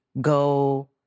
go